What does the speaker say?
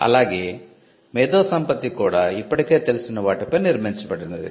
అలాగే మేధో సంపత్తి కూడా ఇప్పటికే తెలిసిన వాటిపై నిర్మించబడినది